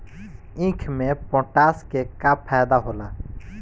ईख मे पोटास के का फायदा होला?